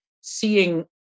seeing